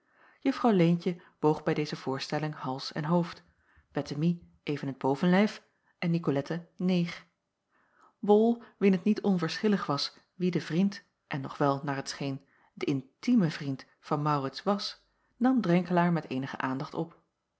juffrouw leentje boog bij deze voorstelling hals en hoofd jacob van ennep laasje evenster ettemie even het bovenlijf en nicolette neeg bol wien het niet onverschillig was wie de vriend en nog wel naar t scheen de intieme vriend van maurits was nam drenkelaer met eenige aandacht op